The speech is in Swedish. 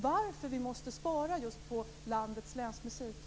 Frågan är alltså varför vi måste spara just på